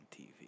TV